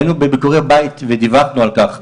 היינו בביקורי בית ודיווחנו על כך,